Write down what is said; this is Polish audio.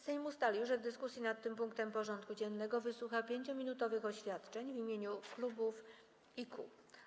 Sejm ustalił, że w dyskusji nad tym punktem porządku dziennego wysłucha 5-minutowych oświadczeń w imieniu klubów i kół.